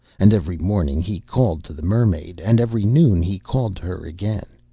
and every morning he called to the mermaid, and every noon he called to her again,